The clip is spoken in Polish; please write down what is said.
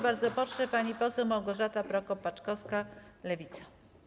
Bardzo proszę, pani poseł Małgorzata Prokop-Paczkowska, Lewica.